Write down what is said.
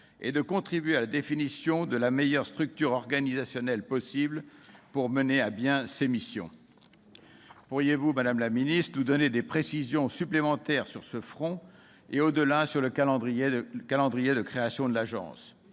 et de contribuer à la définition de la meilleure structure organisationnelle possible pour mener à bien les missions de l'Agence. Pourriez-vous, madame la ministre, nous donner des précisions supplémentaires sur ce front et, au-delà, sur le calendrier de création de l'Agence ?